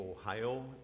Ohio